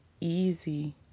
easy